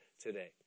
today